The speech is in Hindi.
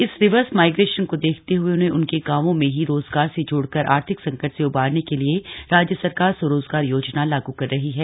इस रिवर्स माइग्रेशन को देखते हुए उन्हें उनके गाँवो में ही रोजगार से जोड़कर आर्थिक संकट से उबारने के लिए राज्य सरकार स्वरोजगार योजना लागू कर रही है